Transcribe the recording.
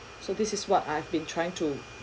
so this is what I've been trying to